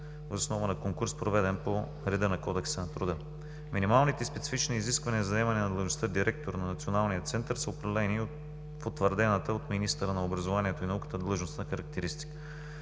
въз основа на конкурс, проведен по реда на Кодекса на труда. Минималните специфични изисквания за заемане на длъжността „директор“ на Националния център са определени от утвърдената от министъра на образованието и науката длъжностна характеристика.